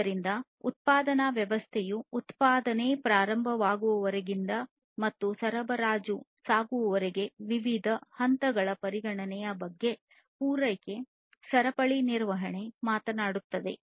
ಆದ್ದರಿಂದ ಉತ್ಪಾದನಾ ವ್ಯವಸ್ಥೆಯು ಉತ್ಪಾದನೆ ಪ್ರಾರಂಭದಿಂದ ಮತ್ತು ಸರಬರಾಜು ಸಾಗುವವರೆಗೆ ವಿವಿಧ ಹಂತಗಳ ಪರಿಗಣನೆಯ ಬಗ್ಗೆ ಪೂರೈಕೆ ಸರಪಳಿ ನಿರ್ವಹಣೆ ಮಾತನಾಡುತ್ತದೆ